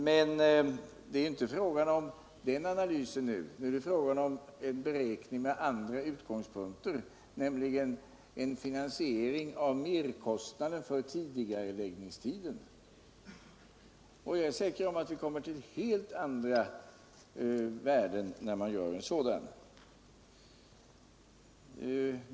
Men det är nu inte fråga om den analysen utan om en beräkning med andra utgångspunkter, nämligen finansieringen av merkostnaden för tidigareläggningstiden. Jag är säker på att man kommer till helt andra värden efter en sådan beräkning.